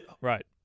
Right